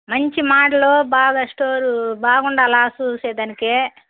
మంచి మాడలూ బాగా స్టోరూ బాగుండాలి చూడడానికి